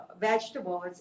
vegetables